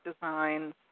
designs